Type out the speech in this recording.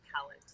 palette